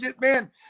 Man